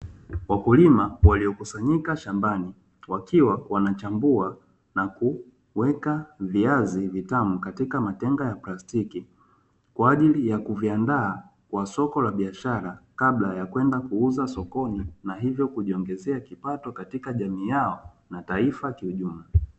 Wakulima waliokusanyika shambani wakiwa wanachambua na kuweka viazi vitamu katika matenga ya plastiki kwa ajili ya kuviandaa kwa soko la biashara, kabla ya kwenda kuuza sokoni na hivyo kujiongezea kipato katika jamii yao na taifa kiujumla.